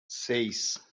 seis